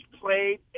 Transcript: played